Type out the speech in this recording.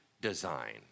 design